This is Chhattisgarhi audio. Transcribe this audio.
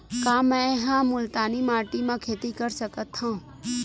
का मै ह मुल्तानी माटी म खेती कर सकथव?